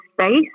space